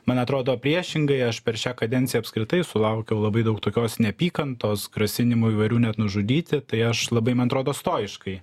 man atrodo priešingai aš per šią kadenciją apskritai sulaukiau labai daug tokios neapykantos grasinimų įvairių net nužudyti tai aš labai man atrodo stoiškai